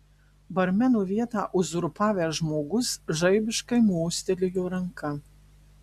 barmeno vietą uzurpavęs žmogus žaibiškai mostelėjo ranka